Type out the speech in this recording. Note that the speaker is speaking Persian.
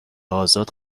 ازاد